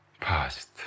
Past